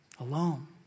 Alone